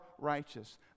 righteous